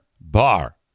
Bar